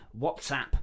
WhatsApp